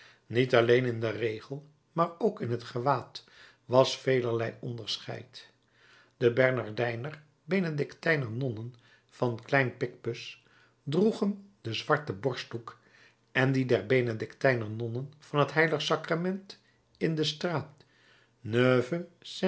niet alleen in den regel maar ook in het gewaad was velerlei onderscheid de bernardijner benedictijner nonnen van klein picpus droegen den zwarten borstdoek en die der benedictijner nonnen van het h sacrament in de straat